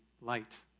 light